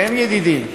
כן, ידידי?